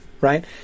right